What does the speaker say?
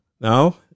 Now